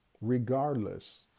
regardless